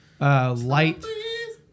Light